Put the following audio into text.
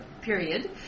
period